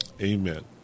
Amen